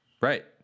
Right